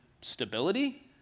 stability